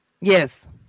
Yes